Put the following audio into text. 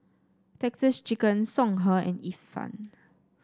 Texas Chicken Songhe and Ifan